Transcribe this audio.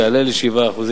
יעלה ל-7%.